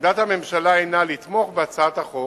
עמדת הממשלה הינה לתמוך בהצעת החוק,